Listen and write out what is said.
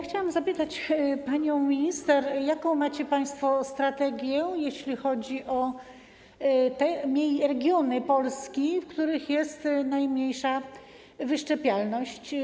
Chciałam zapytać panią minister, jaką macie państwo strategię, jeśli chodzi o regiony Polski, w których jest najmniejsza wyszczepialność.